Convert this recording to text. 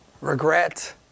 regret